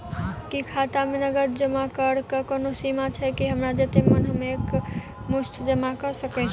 की खाता मे नगद जमा करऽ कऽ कोनो सीमा छई, की हमरा जत्ते मन हम एक मुस्त जमा कऽ सकय छी?